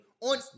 On